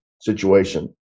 situation